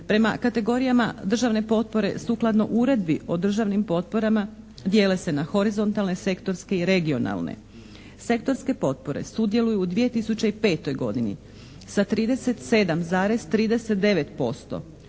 Prema kategorijama državne potpore sukladno uredbi o državnim potporama dijele se na horizontalne, sektorske i regionalne. Sektorske potpore sudjeluju u 2005. godini sa 37,39%,